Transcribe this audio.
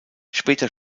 später